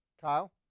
Kyle